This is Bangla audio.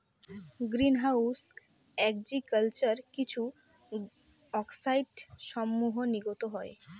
গ্রীন হাউস এগ্রিকালচার কিছু অক্সাইডসমূহ নির্গত হয়